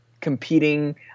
competing